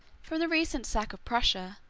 from the recent sack of prusa,